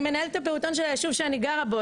אני מנהלת הפעוטון של היישוב שאני גרה בו,